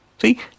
See